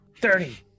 Thirty